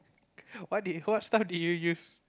what did what stuff did you use